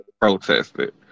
protested